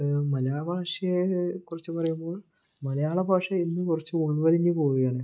മലയാളഭാഷയെക്കുറിച്ച് പറയുമ്പോൾ മലയാളഭാഷ ഇന്ന് കുറച്ച് ഉൾവലിഞ്ഞു പോവുകയാണ്